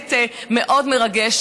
באמת מאוד מרגש,